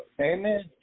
Amen